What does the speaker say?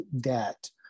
debt